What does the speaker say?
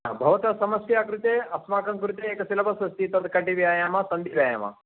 भवतः समस्या कृते अस्माकं कृते एकसिलबस् अस्ति कटिव्यायामः सन्धिव्यायामः